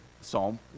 Psalm